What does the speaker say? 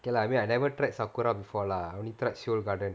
okay lah I mean I never tried sakura before lah I only tried seoul garden